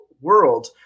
world